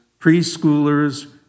preschoolers